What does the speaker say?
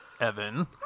Evan